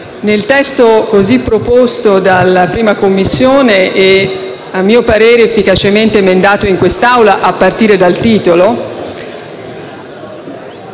il testo così proposto dalla 1a Commissione e, a mio parere, efficacemente emendato dall'Assemblea, a partire dal titolo,